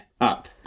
up